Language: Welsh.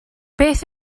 beth